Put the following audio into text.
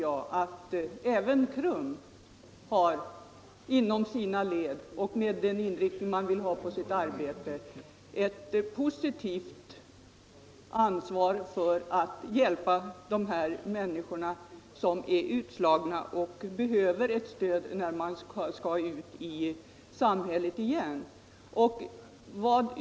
Jag tror att det även inom KRUM -— med den inriktning man vill ha på sitt arbete — finns ett positivt ansvar för att hjälpa dessa utslagna människor som behöver ett stöd när de skall ut i samhället igen.